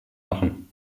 machen